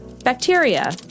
Bacteria